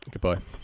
Goodbye